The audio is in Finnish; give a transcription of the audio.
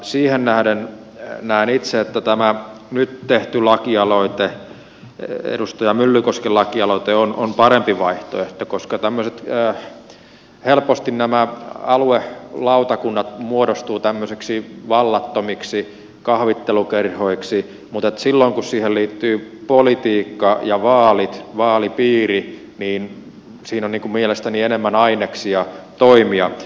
siihen nähden näen itse että tämä nyt tehty lakialoite edustaja myllykosken lakialoite on parempi vaihtoehto koska helposti nämä aluelautakunnat muodostuvat tämmöisiksi vallattomiksi kahvittelukerhoiksi mutta silloin kun siihen liittyy politiikka ja vaalit vaalipiiri niin siinä on mielestäni enemmän aineksia toimia